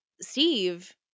Steve